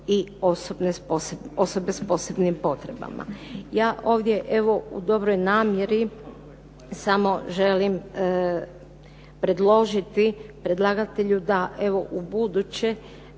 i osobe s posebnim potrebama. Ja ovdje, evo u dobroj namjeri samo želim predložiti predlagatelju da evo, ubuduće